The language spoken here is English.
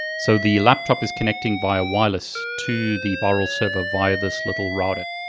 so the laptop is connecting via wireless to the but virl server via this little router.